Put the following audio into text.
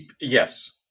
Yes